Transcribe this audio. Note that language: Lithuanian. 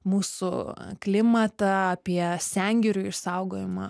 mūsų klimatą apie sengirių išsaugojimą